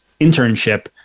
internship